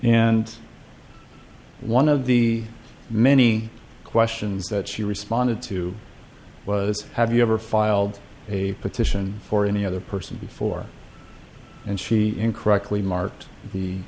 and one of the many questions that she responded to was have you ever filed a petition for any other person before and she in correctly marked the